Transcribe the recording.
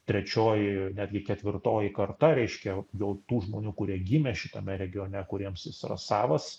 trečioji netgi ketvirtoji karta reiškia jau tų žmonių kurie gimė šitame regione kuriems jis yra savas